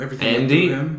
Andy